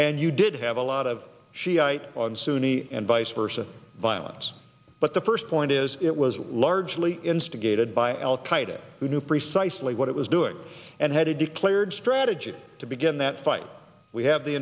and you did have a lot of shiite on sunni and vice versa violence but the first point is it was largely instigated by al qaida who knew precisely what it was doing and had a declared strategy to begin that fight we have the